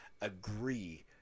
agree